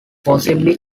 possibly